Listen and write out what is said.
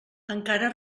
encara